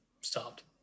stopped